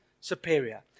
superior